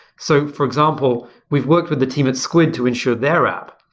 so for example, we've worked with the team at squid to ensure their app,